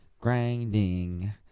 Grinding